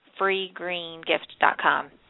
freegreengift.com